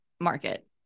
market